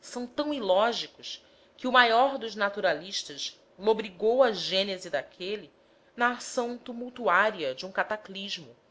são tão ilógicos que o maior dos naturalistas lobrigou a gênese daquele na ação tumultuária de um cataclismo